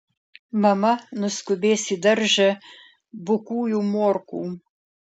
mama nuskubės į daržą bukųjų morkų